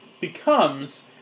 becomes